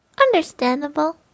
Understandable